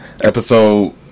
episode